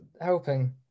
helping